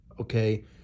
okay